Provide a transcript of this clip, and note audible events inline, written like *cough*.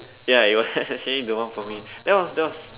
ya it was *laughs* actually the one for me that was that was